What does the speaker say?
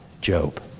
Job